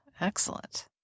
Excellent